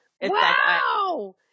Wow